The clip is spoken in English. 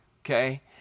okay